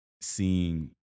seeing